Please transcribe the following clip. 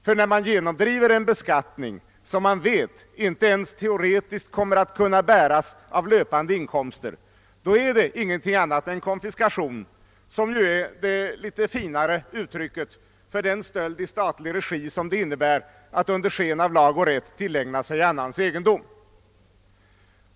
Ty när man genomdriver en beskattning som man vet inte ens teoretiskt kommer att kunna bäras av löpande inkomster, så är det ingenting annat än konfiskation — som ju är det litet finare uttrycket för den stöld i statlig regi som det innebär att under sken av lag och rätt tillägna sig annans egendom.